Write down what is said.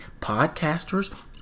podcasters